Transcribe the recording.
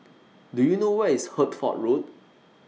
Do YOU know Where IS Hertford Road